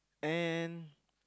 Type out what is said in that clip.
and